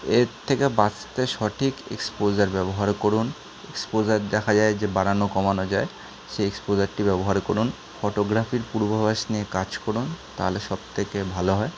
এর থেকে বাঁচতে সঠিক এক্সপোসার ব্যবহার করুন এক্সোপোসার দেখা যায় যে বাড়ানো কমানো যায় সেই এক্সপোজারটি ব্যবহার করুন ফটোগ্রাফির পূর্বাভাস নিয়ে কাজ করুন তাহলে সব থেকে ভালো হয়